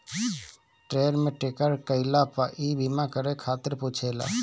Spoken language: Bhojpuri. ट्रेन में टिकट कईला पअ इ बीमा करे खातिर पुछेला